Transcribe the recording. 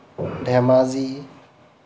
Dhemaji